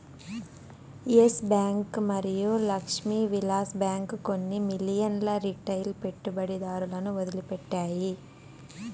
yes bank మరియు Lakshmi Vilas bank కొన్ని మిలియన్ల రిటైల్ పెట్టుబడిదారులను వదిలిపెట్టాయి